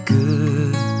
Good